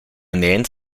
ernähren